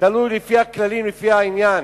תלוי לפי הכללים, לפי העניין,